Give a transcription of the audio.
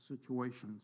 situations